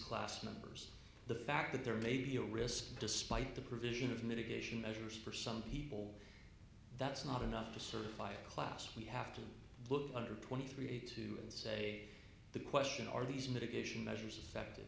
class numbers the fact that there may be a risk despite the provision of mitigation measures for some people that's not enough to certify a class we have to look under twenty three to say the question are these mitigation measures effective